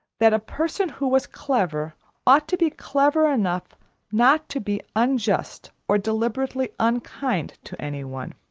that a person who was clever ought to be clever enough not to be unjust or deliberately unkind to any one.